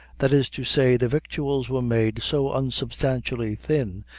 that is to say, the victuals were made so unsubstantially thin,